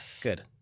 good